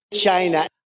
China